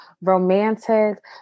romantic